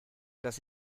dass